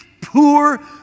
poor